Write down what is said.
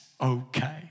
okay